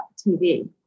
TV